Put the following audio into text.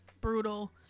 brutal